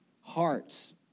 Hearts